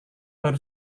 baru